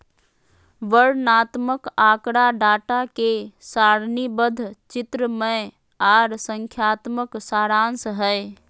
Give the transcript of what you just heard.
वर्णनात्मक आँकड़ा डाटा के सारणीबद्ध, चित्रमय आर संख्यात्मक सारांश हय